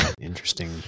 Interesting